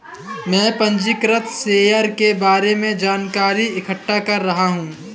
मैं पंजीकृत शेयर के बारे में जानकारी इकट्ठा कर रहा हूँ